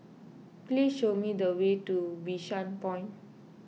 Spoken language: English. please show me the way to Bishan Point